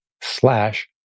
slash